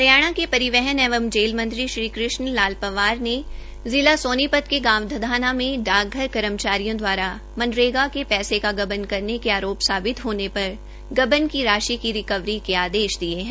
हरियाणा के परिवहन एवं जेल मंत्री श्री कृष्ण लाल पंवार ने जिला सोनीपत के गांव धनाना में डाकधर कर्मचारियों दवारा मनरेगा के पैसे का गबन करने के आरोप साबित होने पर गबन की राशि रिकवरी के आदेश दिए हैं